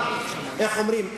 איך אומרים,